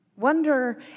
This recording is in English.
Wonder